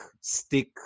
stick